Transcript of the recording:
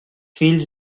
fills